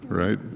right?